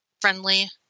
friendly